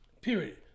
Period